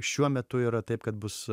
šiuo metu yra taip kad bus